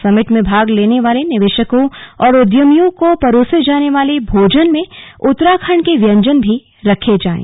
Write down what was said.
summit में भाग लेने वाले निवेशकों और उद्यमियों को परोसे जाने वाले भोजन में उत्तराखण्ड के व्यंजन भी रखे जाएं